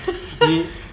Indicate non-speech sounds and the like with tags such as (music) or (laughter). (laughs)